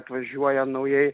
atvažiuoja naujai